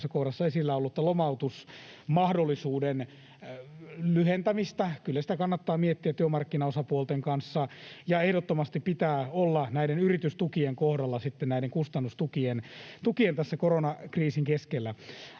kohdassa esillä ollutta lomautusmahdollisuuden lyhentämistä. Kyllä sitä kannattaa miettiä työmarkkinaosapuolten kanssa, ja ehdottomasti pitää olla näiden yritystukien kohdalla sitten näiden kustannustukien tässä koronakriisin keskellä.